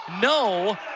No